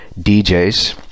DJs